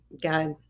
God